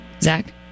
Zach